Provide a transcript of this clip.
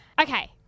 Okay